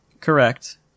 Correct